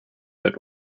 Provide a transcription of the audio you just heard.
but